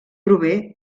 prové